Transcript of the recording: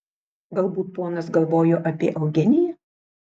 galbūt ponas galvojo apie eugeniją